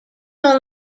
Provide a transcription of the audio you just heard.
all